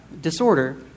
disorder